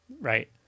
right